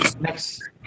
next